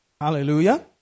Hallelujah